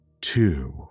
two